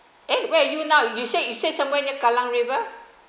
eh where are you now you say you say somewhere near kallang river